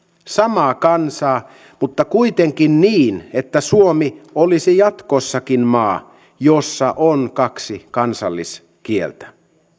samaa kansaa mutta kuitenkin niin että suomi olisi jatkossakin maa jossa on kaksi kansalliskieltä